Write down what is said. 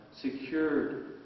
Secured